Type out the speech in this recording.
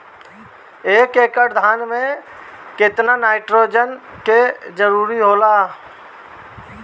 एक एकड़ धान मे केतना नाइट्रोजन के जरूरी होला?